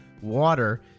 water